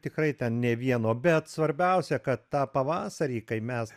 tikrai ten nė vieno bet svarbiausia kad tą pavasarį kai mes